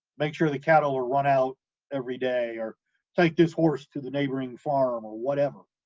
make sure the cattle are run out every day, or take this horse to the neighboring farm or whatever,